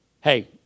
hey